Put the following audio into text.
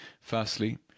Firstly